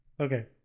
Okay